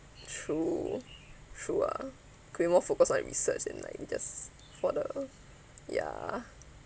true true ah could you more focus on research and like just for the ya